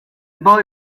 boy